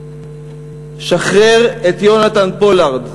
שחרר את יונתן פולארד.